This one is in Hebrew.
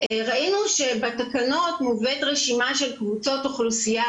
ראינו שבתקנות מובאת רשימה של קבוצות אוכלוסייה,